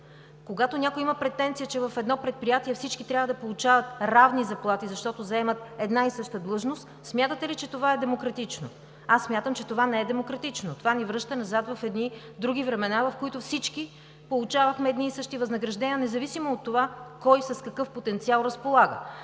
Когато някой има претенция, че в едно предприятие всички трябва да получават равни заплати, защото заемат една и съща длъжност, смятате ли, че това е демократично? Аз смятам, че не е демократично. То ни връща назад в едни други времена, в които всички получавахме едни и същи възнаграждения, независимо от това кой с какъв потенциал разполага.